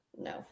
no